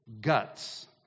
guts